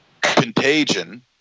contagion